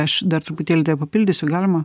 aš dar truputėlį tave papildysiu galima